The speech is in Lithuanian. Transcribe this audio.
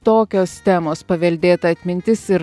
tokios temos paveldėta atmintis ir